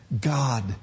God